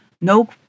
no